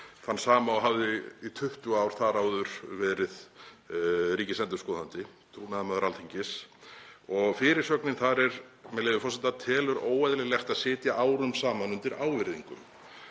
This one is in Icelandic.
þann sama og hafði í 20 ár þar áður verið ríkisendurskoðandi, trúnaðarmaður Alþingis. Fyrirsögnin er, með leyfi forseta: „Telur óeðlilegt að sitja árum saman undir ávirðingum.“